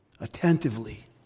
attentively